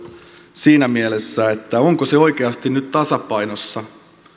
siinä mielessä että onko se oikeasti nyt tasapainossa